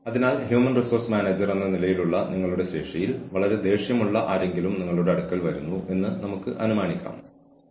പക്ഷേ human resource മാനേജർമാർ എന്ന നിലയിലുള്ള ഞങ്ങളുടെ കഴിവിൽ നമ്മളുടെ അതിരുകൾ അല്ലെങ്കിൽ നമ്മളുടെ അധികാരപരിധി ജീവനക്കാരന്റെ ജോലി വരെ ജോലിസ്ഥലത്ത് ജീവനക്കാരന്റെ സംഭാവന വരെ മാത്രമാണ്